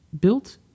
built